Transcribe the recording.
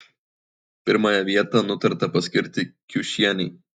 pirmąją vietą nutarta paskirti kiušienei